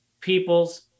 people's